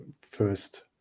first